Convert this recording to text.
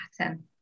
pattern